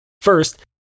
First